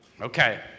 Okay